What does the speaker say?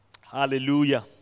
Hallelujah